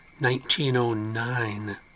1909